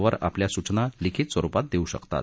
वर आपल्या सूचना लिखित स्वरुपात देऊ शकतात